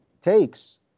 takes